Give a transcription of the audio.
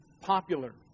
popular